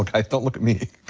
guys, don't look at me.